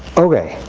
ok,